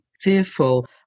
fearful